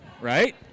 Right